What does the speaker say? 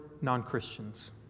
non-Christians